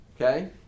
Okay